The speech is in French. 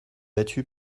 battu